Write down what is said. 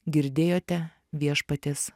girdėjote viešpaties